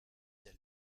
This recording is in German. der